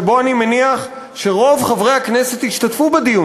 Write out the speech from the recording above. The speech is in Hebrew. שאני מניח שרוב חברי הכנסת ישתתפו בו,